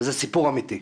וזה סיפור אמיתי.